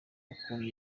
ukuntu